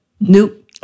nope